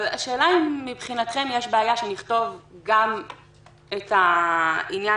אבל השאלה האם מבחינתכם יש בעיה שנכתוב גם את העניין